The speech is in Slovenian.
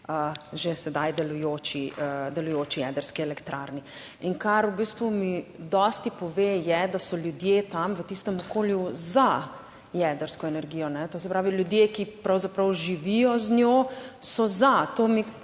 že sedaj delujoči jedrski elektrarni. In kar v bistvu mi dosti pove je, da so ljudje tam v tistem okolju za jedrsko energijo, to se pravi, ljudje, ki pravzaprav živijo z njo so za, to mi